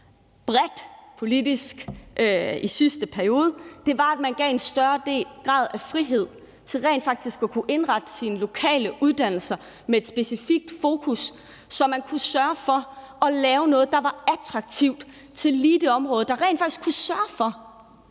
bredt politisk i sidste periode lavede læreruddannelsen om, var, at vi gav en større grad af frihed til rent faktisk at kunne indrette sine lokale uddannelser med et specifikt fokus, så man kunne sørge for at lave noget, der var attraktivt for lige det specifikke område, og som rent faktisk kunne sørge for,